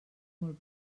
molt